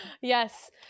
yes